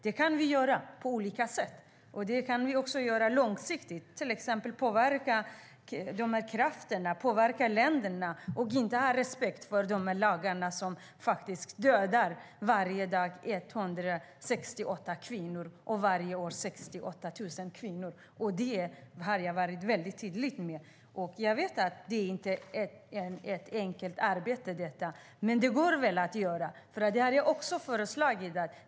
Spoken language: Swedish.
Detta kan vi göra på olika sätt, också långsiktigt, till exempel för att påverka de här krafterna och länderna och inte ha respekt för de lagar som varje dag dödar 168 kvinnor och varje år 68 000 kvinnor. Det har jag varit väldigt tydlig med. Jag vet att detta inte är ett enkelt arbete, men det går att göra.